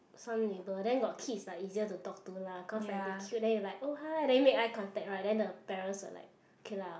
some neighbour then got kids like easier to talk to lah cause like they cute then you like oh hi then make eye contact right then the parents will like okay lah